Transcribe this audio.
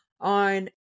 on